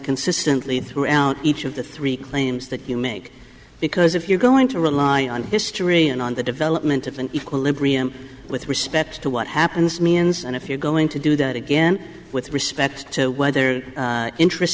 consistently throughout each of the three claims that you make because if you're going to rely on history and on the development of an equilibrium with respect to what happens means and if you're going to do that again with respect to whether interest